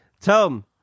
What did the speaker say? Tom